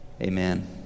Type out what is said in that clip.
Amen